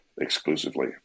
exclusively